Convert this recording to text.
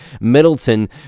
Middleton